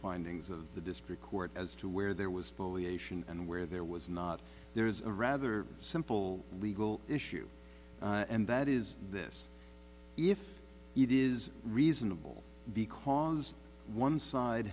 findings of the district court as to where there was foliation and where there was not there is a rather simple legal issue and that is this if it is reasonable because one side